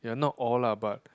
ya not all lah but